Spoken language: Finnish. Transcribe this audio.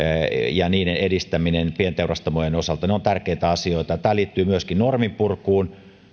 edistäminen pienteurastamojen osalta ovat tärkeitä asioita tämä liittyy myöskin norminpurkuun